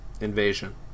Invasion